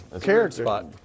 character